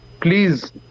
please